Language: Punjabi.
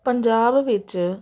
ਪੰਜਾਬ ਵਿੱਚ